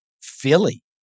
Philly